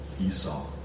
Esau